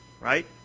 Right